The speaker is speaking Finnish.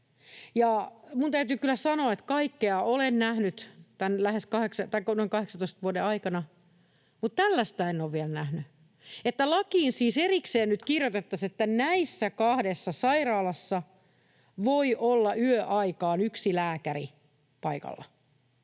Minun täytyy kyllä sanoa, että kaikkea olen nähnyt tämän noin 18 vuoden aikana, mutta tällaista en ole vielä nähnyt, että lakiin siis erikseen nyt kirjoitettaisiin, että näissä kahdessa sairaalassa voi olla yöaikaan yksi lääkäri paikalla.